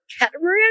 catamaran